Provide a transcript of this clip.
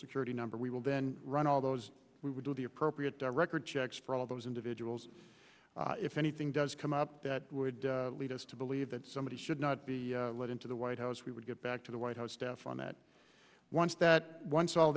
security number we will then run all those we would do the appropriate director checks for all those individuals if anything does come up that would lead us to believe that somebody should not be let into the white house we would get back to the white house staff on that once that once all